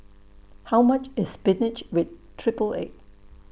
How much IS Spinach with Triple Egg